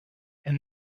and